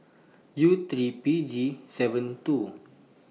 U three P G seven two